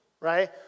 right